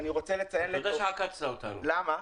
למה?